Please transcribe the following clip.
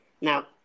Now